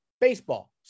baseball